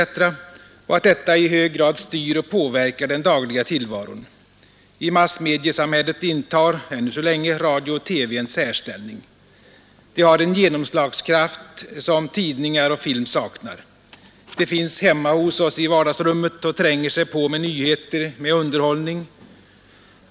— och att allt detta i hög grad styr och påverkar den dagliga tillvaron. I massmediesamhället intar — ännu så länge — radio och TV en särställning. De har en genomslagskraft som tidningar och film saknar. De finns hemma hos oss i vardagsrummet och tränger sig på med nyheter, med underhållning.